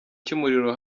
cy’umuriro